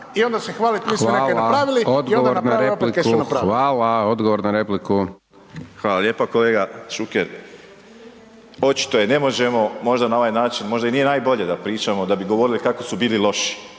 Hvala. Odgovor na repliku. **Borić, Josip (HDZ)** Hvala lijepo kolega Šuker. Očito i ne možemo na ovaj način, možda i nije najbolje da pričamo da bi govorili kako su bili loši,